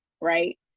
right